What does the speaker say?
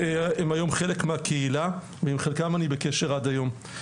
שהם היום חלק מהקהילה, ועם חלקם אני בקשר עד היום.